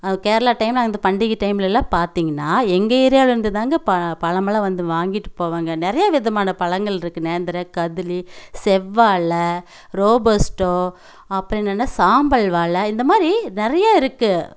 Kerala time இந்த பண்டிகை டைம்லலாம் பார்த்தீங்கன்னா எங்கள் ஏரியாவில் இருந்து தாங்க ப பழம் எல்லாம் வந்து வாங்கிகிட்டு போவாங்க நிறைய விதமான பழங்கள் இருக்கு நேந்திரம் கதுளி செவ்வாழை ரோபஸ்டோ அப்புறோம் என்னனா சாம்பல் வாழை இந்த மாதிரி நிறைய இருக்கு